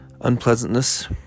unpleasantness